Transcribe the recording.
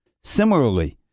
Similarly